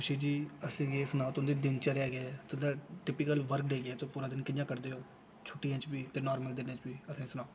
खुशी जी असें गी एह् सनाओ तुं'दी दिनचर्या केह् ऐ तुं'दा टिपिकल वर्क डे केह् ऐ तुस पूरा दिन कि'यां कड्ढदे ओ छुट्टियें च बी ते नॉर्मल दिनें च बी असें ई सनाओ